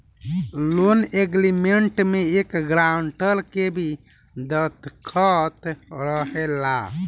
loan agreement में एक grantor के भी दस्तख़त रहेला